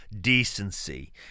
decency